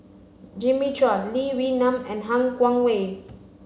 Jimmy Chua Lee Wee Nam and Han Guangwei